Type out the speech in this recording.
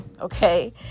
Okay